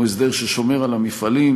הוא הסדר ששומר על המפעלים,